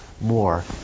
more